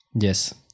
Yes